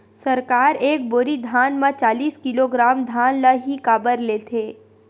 सरकार एक बोरी धान म चालीस किलोग्राम धान ल ही काबर लेथे?